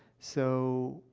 so,